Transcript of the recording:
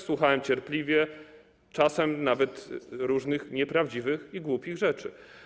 Słuchałem cierpliwie, czasem nawet różnych nieprawdziwych i głupich rzeczy.